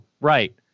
right